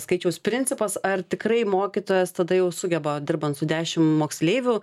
skaičiaus principas ar tikrai mokytojas tada jau sugeba dirbant su dešim moksleivių